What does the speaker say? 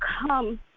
come